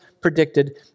predicted